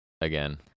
again